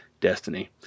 destiny